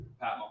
Pat